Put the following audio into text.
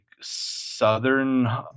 southern